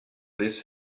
this